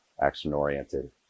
action-oriented